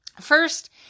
First